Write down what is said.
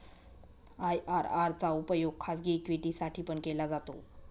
IRR चा उपयोग खाजगी इक्विटी साठी पण केला जातो